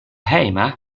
hejma